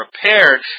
prepared